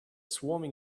swarming